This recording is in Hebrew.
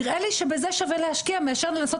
נראה לי שבזה שווה להשקיע מאשר לנסות